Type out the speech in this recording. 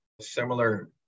similar